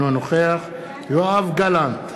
אינו נוכח יואב גלנט,